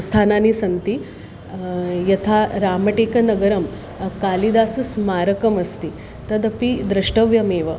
स्थानानि सन्ति यथा रामटेकनगरं कालिदासस्मारकमस्ति तदपि द्रष्टव्यमेव